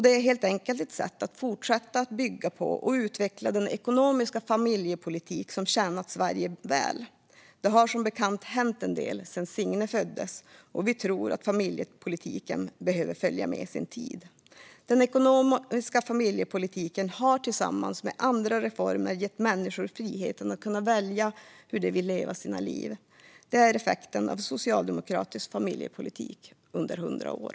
Det är helt enkelt ett sätt att fortsätta att bygga på och utveckla den ekonomiska familjepolitik som tjänat Sverige väl. Det har som bekant hänt en del sedan Signe föddes, och vi tror att familjepolitiken behöver följa med sin tid. Den ekonomiska familjepolitiken har tillsammans med andra reformer gett människor friheten att välja hur de vill leva sina liv. Det är effekten av socialdemokratisk familjepolitik under 100 år.